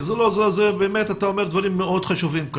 אתה אומר כאן דברים מאוד חשובים.